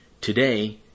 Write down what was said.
Today